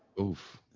Oof